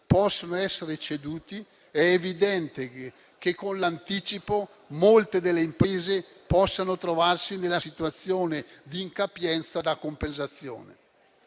possono essere ceduti, è evidente che con l’anticipo molte delle imprese possano trovarsi nella situazione di incapienza da compensazione.